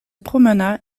promena